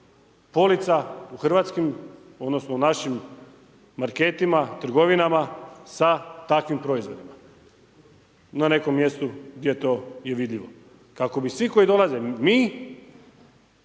odnosno u našim marketima, trgovinama sa takvim proizvodima na nekom mjestu gdje je to vidljivo kako bi svi koji dolaze, mi